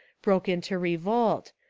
broke into revolt,